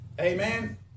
Amen